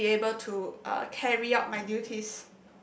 just be able to uh carry out my duties